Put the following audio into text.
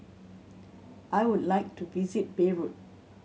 I would like to visit Beirut